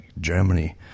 Germany